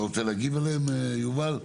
אתה רוצה להתייחס אליהם, יובל?